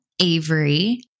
Avery